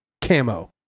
camo